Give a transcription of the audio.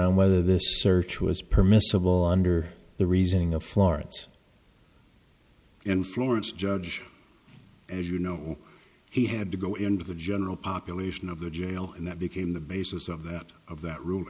on whether this search was permissible under the reasoning of florence and florence judge as you know he had to go into the general population of the jail and that became the basis of that of that r